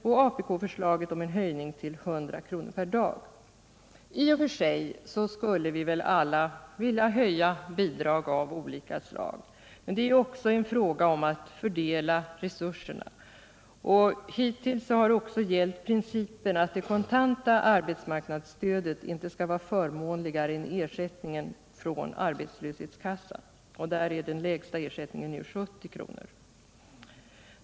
och apk-förslaget om en höjning till 100 kr. per dag. I och för sig skulle vi väl alla vilja höja bidrag av olika slag, men det är också fråga om att fördela resurserna. Hittills har också den principen gällt att det kontanta arbetsmarknadsstödet inte skall vara förmånligare än ersättningen från arbetslöshetskassa. Där är den lägsta ersättningen f. n. 70 kr.